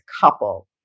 couple